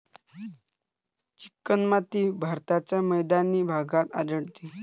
चिकणमाती भारताच्या मैदानी भागात आढळते